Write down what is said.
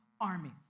army